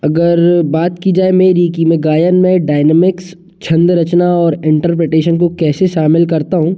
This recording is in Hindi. अगर बात की जाए मेरी कि मैं गायन में डाइनेमिक्स छंद रचना और इंटरप्रेटेशन को कैसे शामिल करता हूँ